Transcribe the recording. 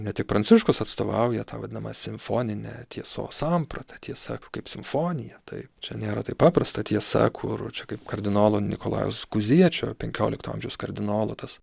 ne tik pranciškus atstovauja tą vadinamą simfoninę tiesos sampratą tiesa kaip simfonija taip čia nėra taip paprasta tiesa kur čia kaip kardinolo nikolajaus skuziečio penkiolikto amžiaus kardinolo tas